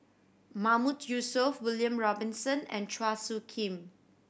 Mahmood Yusof William Robinson and Chua Soo Khim